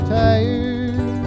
tired